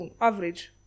average